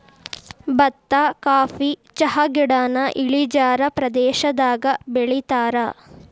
ಬತ್ತಾ ಕಾಫಿ ಚಹಾಗಿಡಾನ ಇಳಿಜಾರ ಪ್ರದೇಶದಾಗ ಬೆಳಿತಾರ